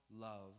love